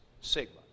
sigma